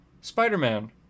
spider-man